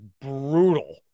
brutal